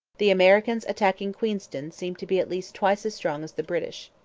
the americans attacking queenston seemed to be at least twice as strong as the british.